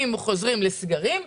אם חוזרים לסגרים,